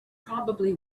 probably